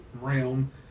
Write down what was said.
realm